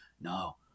No